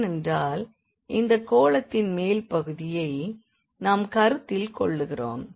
ஏனென்றால் இந்த கோளத்தின் மேல் பகுதியை நாம் கருத்தில் கொள்கிறோம்